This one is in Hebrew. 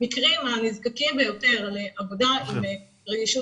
המקרים הנזקקים ביותר לעבודה עם רגישות